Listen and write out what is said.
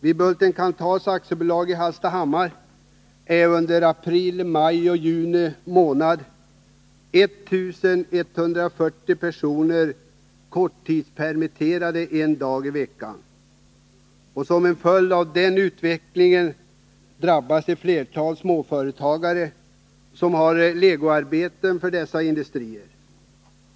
Vid Bulten-Kanthal AB i Hallstahammar är under april, maj och juni månader 1 140 personer korttidspermitterade en dag i veckan. Som en följd av den utvecklingen drabbas ett flertal småföretagare som har legoarbeten för dessa industrier.